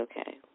okay